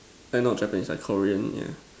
like not Japanese like Korean yeah